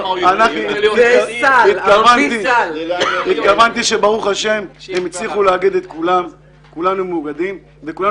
ברוך השם כולנו מאוגדים בנושא הזה